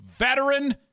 Veteran